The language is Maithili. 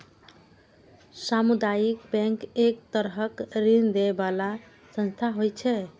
सामुदायिक बैंक एक तरहक ऋण दै बला संस्था होइ छै